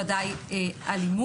ודאי אלימות.